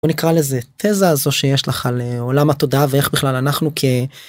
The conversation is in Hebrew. נקרא לזה תזה הזו שיש לך לעולם התודעה ואיך בכלל אנחנו כ.